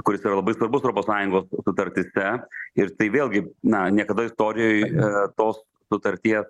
kuris yra labai svarbus europos sąjungos sutartyse ir tai vėlgi na niekada istorijoj tos sutarties